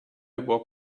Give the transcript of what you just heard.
walk